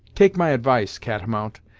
take my advice, catamount,